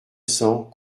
cents